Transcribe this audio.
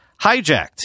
hijacked